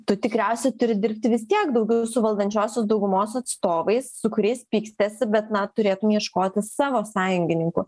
tu tikriausiai turi dirbti vis tiek daugiau su valdančiosios daugumos atstovais su kuriais pykstiesi bet na turėtum ieškoti savo sąjungininkų